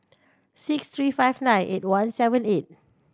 six three five nine eight one seven eight